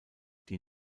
die